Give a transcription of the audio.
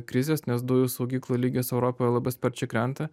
krizės nes dujų saugyklų lygis europoje labai sparčiai krenta